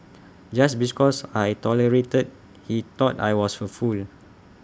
just bees cause I tolerated he thought I was A fool